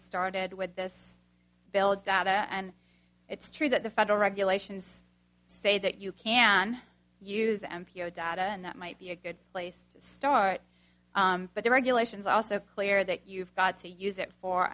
started with this bill data and it's true that the federal regulations say that you can use m p o data and that might be a good place to start but the regulations also clear that you've got to use it for